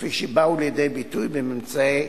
כפי שבאו לידי ביטוי בממצאי